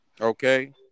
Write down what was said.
Okay